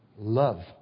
Love